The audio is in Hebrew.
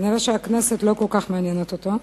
נראה שהכנסת לא כל כך מעניינת אותו.